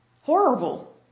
Horrible